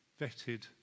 vetted